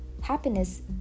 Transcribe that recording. happiness